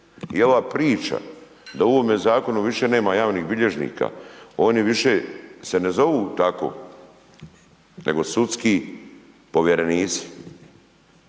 I ova priča da u ovome zakonu više nema javnih bilježnika, oni se više ne zovu tako nego sudski povjerenici.